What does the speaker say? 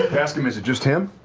ask him, is it just him?